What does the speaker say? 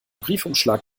briefumschlag